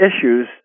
issues